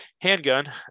handgun